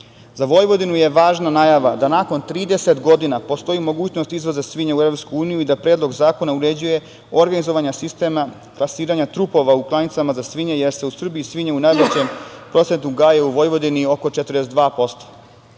Vojvodinu je važna najava da nakon 30 godina postoji mogućnost izvoza svinja u EU i da Predlog zakona uređuje organizovanja sistema plasiranja trupova u klanicama za svinje, jer se svinje u najvećem procentu gaje u Vojvodini, oko